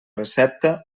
recepta